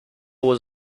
was